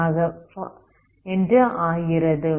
என்று ஆகிறது